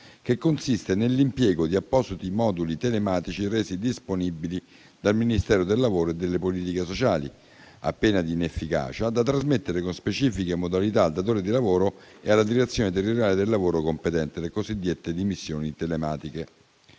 che consiste nell'impiego di appositi moduli telematici resi disponibili dal Ministero del lavoro e delle politiche sociali, a pena di inefficacia, da trasmettere con specifiche modalità al datore di lavoro e alla Direzione territoriale del lavoro competente (cosiddette dimissioni telematiche);